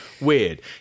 weird